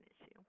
issue